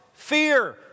Fear